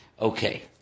Okay